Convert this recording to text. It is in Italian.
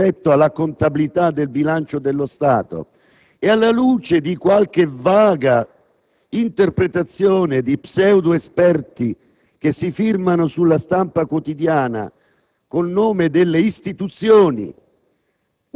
rispetto alla contabilità del bilancio dello Stato, e alla luce di qualche vaga interpretazione di pseudoesperti che si firmano sulla stampa quotidiana con il nome delle istituzioni